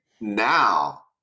now